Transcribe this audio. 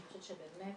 אני חושבת שבאמת